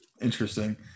Interesting